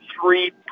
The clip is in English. three